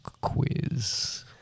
quiz